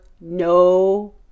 no